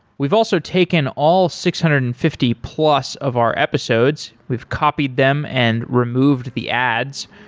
we've also taken all six hundred and fifty plus of our episodes. we've copied them and removed the ads,